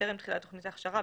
טרם תחילת תוכנית ההכשרה,